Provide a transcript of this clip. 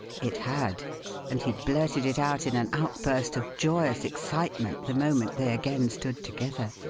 it had and he blurted it out in an outburst of joyous excitement the moment they again stood together.